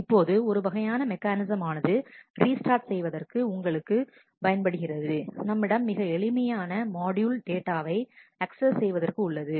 இப்போது ஒரு வகையான மெக்கானிசம் ஆனது ரீஸ்டாட் செய்வதற்கு உங்களுக்கு பயன்படுகிறது நம்மிடம் மிக எளிமையான மாட்யூல் டேட்டாவை அக்சஸ் செய்வதற்கு உள்ளது